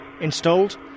installed